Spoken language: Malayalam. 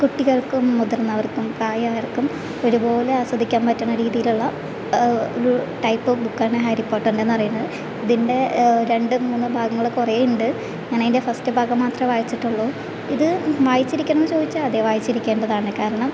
കുട്ടികൾക്കും മുതിർന്നവർക്കും പ്രായായവർക്കും ഒരുപോലെ ആസ്വദിക്കാൻ പറ്റണ രീതിയിലുള്ള ഒരു ടൈപ്പ് ബുക്കാണ് ഹാരി പോട്ടറിൻ്റെ എന്ന് പറയണത് ഇതിൻ്റെ രണ്ട് മൂന്നോ ഭാഗങ്ങൾ കുറേ ഉണ്ട് ഞാനതിൻ്റെ ഫസ്റ്റ് ഭാഗം മാത്രമേ വായിച്ചിട്ടുള്ളൂ ഇത് വായിച്ചിരിക്കണേന്ന് ചോദിച്ചാ അതെ വായിച്ചിരിക്കേണ്ടതാണ് കാരണം